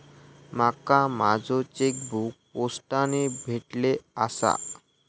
माका माझो चेकबुक पोस्टाने भेटले आसा